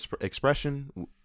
expression